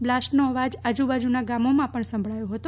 blast નો અવાજ આજુબાજુના ગામોમાં પણ સંભળાયો હતો